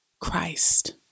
Christ